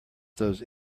those